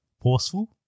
forceful